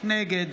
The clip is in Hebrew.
נגד